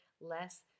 less